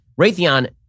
Raytheon